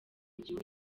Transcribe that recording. gihugu